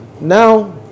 now